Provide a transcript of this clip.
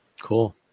cool